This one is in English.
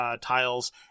tiles